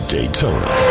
Daytona